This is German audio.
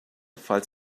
falls